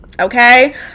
okay